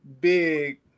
big